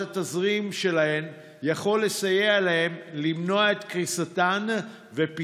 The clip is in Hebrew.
התזרים שלהן יוכל לסייע להן ולמנוע קריסתן ואת